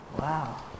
Wow